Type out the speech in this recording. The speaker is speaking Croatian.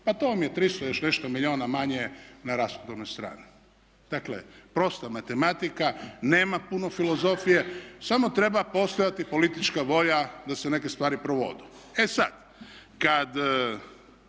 pa to vam je 300 i još nešto milijuna manje na rashodovnoj strani. Dakle prosta matematika, nema puno filozofije, samo treba postojati politička volja da se neke stvari provode. E sada, kada